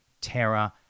Terror